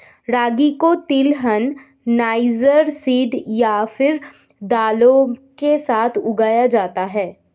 रागी को तिलहन, niger seed या फिर दालों के साथ उगाया जाता है